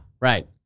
right